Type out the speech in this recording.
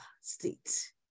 state